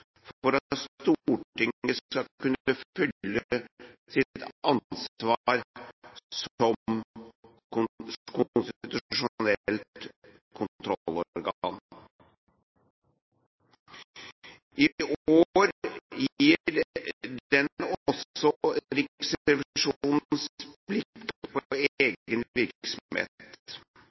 for at Stortinget skal kunne fylle sitt ansvar som konstitusjonelt kontrollorgan. I år gir den også Riksrevisjonens blikk på egen virksomhet.